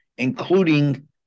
including